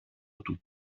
του